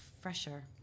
fresher